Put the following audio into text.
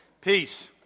Peace